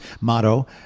motto